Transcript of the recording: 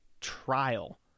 trial